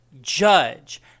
judge